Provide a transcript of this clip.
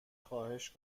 خواهش